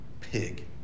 pig